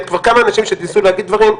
כי כבר כמה אנשים שניסו להגיד דברים,